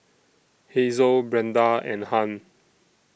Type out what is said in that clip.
Hazel Brenda and Hunt